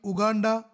Uganda